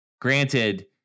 Granted